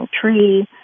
tree